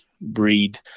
breed